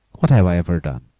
what have i ever done,